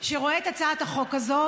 שרואה את הצעת החוק הזו,